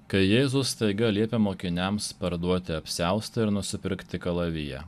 kai jėzus staiga liepė mokiniams parduoti apsiaustą ir nusipirkti kalaviją